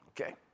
okay